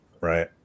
right